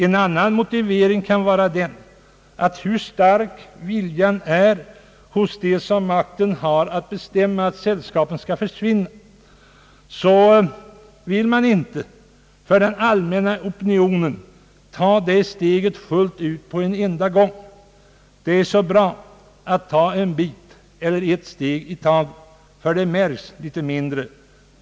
En annan motivering kan vara den att man, hur stark viljan än kan vara hos dem som makten har att bestämma att sällskapen skall försvinna, för den allmänna opinionen inte vågar ta steget fullt ut på en enda gång. Det är så bra att ta en bit eller ett steg i taget, ty då märks det litet mindre.